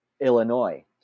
Illinois